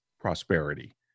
prosperity